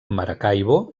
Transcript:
maracaibo